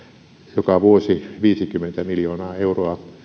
joka vuosi viisikymmentä miljoonaa euroa